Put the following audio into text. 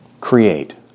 create